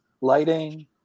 lighting